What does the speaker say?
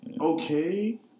Okay